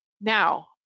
Now